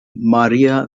maria